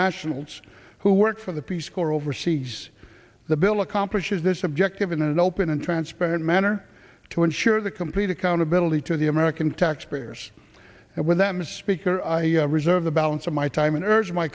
nationals who work for the peace corps overseas the bill accomplishes this objective in an open and transparent manner to ensure the complete accountability to the american taxpayers and with that mr speaker i reserve the balance of my time